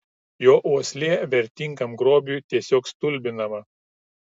jo uoslė vertingam grobiui tiesiog stulbinama